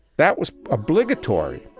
that was obligatory.